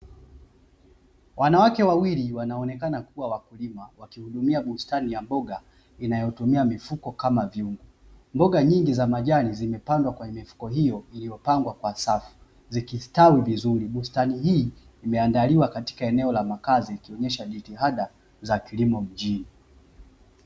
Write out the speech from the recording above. Wanawake wawili wanaonekana kuwa wakulima wakihudumia bustani ya mboga inayotumia mifuko kama vyungu. Mboga nyingi za majani zimepandwa kwenye mifuko hiyo iliyopangwa kwa safu, zikistawi vizuri. Bustani hiyo imeandaliwa katika eneo la makazi ikionyesha jitihada za kilimo mjini.